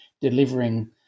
delivering